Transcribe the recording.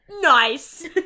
Nice